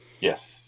Yes